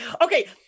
Okay